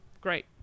Great